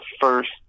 first